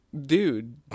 Dude